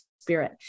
Spirit